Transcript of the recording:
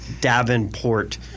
davenport